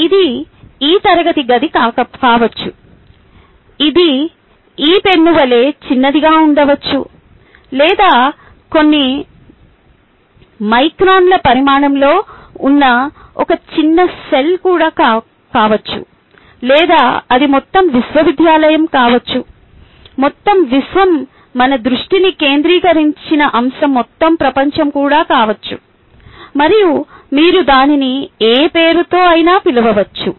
ఇది ఈ తరగతి గది కావచ్చు ఇది ఈ పెన్ను వలె చిన్నదిగా ఉండవచ్చు లేదా కొన్ని మైక్రాన్ల పరిమాణంలో ఉన్న ఒక చిన్న సెల్ కూడా కావచ్చు లేదా అది మొత్తం విశ్వవిద్యాలయం కావచ్చు మొత్తం విశ్వం మన దృష్టిని కేంద్రీకరించిన అంశం మొత్తం ప్రపంచం కూడా కావచ్చు మరియు మీరు దానిని ఏ పేరుతో అయిన పిలవచ్చు